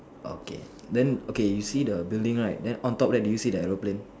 okay then okay you see the building right then on top there do you see the aeroplane